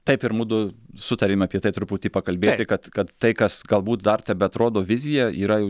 taip ir mudu su tavim apie tai truputį pakalbėti kad kad tai kas galbūt dar tebeatrodo vizija yra